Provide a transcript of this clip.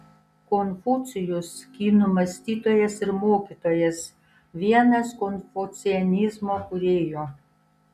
konfucijus kinų mąstytojas ir mokytojas vienas konfucianizmo kūrėjų